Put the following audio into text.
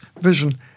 vision